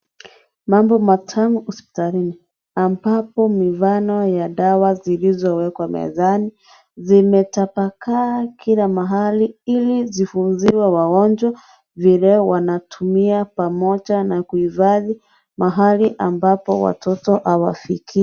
Mambo matamu hospitalini ambapo muungano wa dawa zilizowekwa mezani zimetapakaa kila mahali ili zifunziwe wagonjwa vile wanatumia pamoja na kuhifadhi mahali ambapo watoto hawafikii.